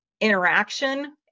interaction